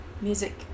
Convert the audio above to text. music